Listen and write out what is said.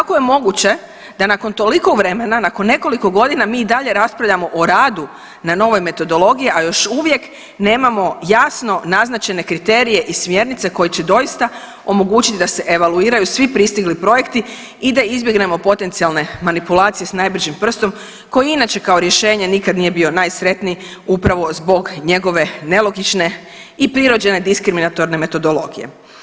I kako je moguće da nakon toliko vremena, nakon nekoliko godina mi i dalje raspravljamo o radu na novoj metodologiji, a još uvijek nemamo jasno naznačene kriterije i smjernice koje će doista omogućiti da se evaluiraju svi pristigli projekti i da izbjegnemo potencijalne manipulacije s najbržim prstom koji i inače kao rješenje nikad nije bio najsretniji upravo zbog njegove nelogične i prirođene diskriminatorne metodologije.